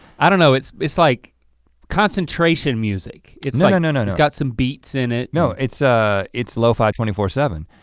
i don't know it's it's like concentration music. no no no no no. it's got some beats in it. no it's ah it's lofi twenty four seven,